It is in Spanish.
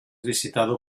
visitado